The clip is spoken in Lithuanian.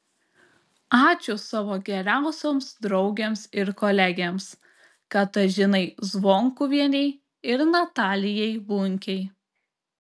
ačiū savo geriausioms draugėms ir kolegėms katažinai zvonkuvienei ir natalijai bunkei